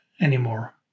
anymore